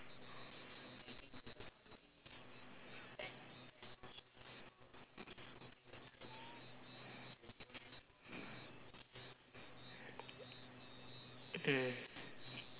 mm